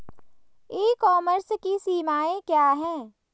ई commerce की सीमाएं क्या हैं?